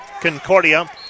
Concordia